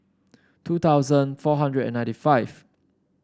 two thousand four hundred and ninety five